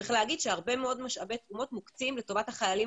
צריך להגיד שהרבה מאוד משאבי תרומות מוקצים לטובת החיילים